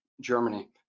Germany